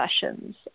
sessions